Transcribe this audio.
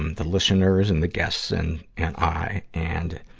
um the listeners and the guests and and i. and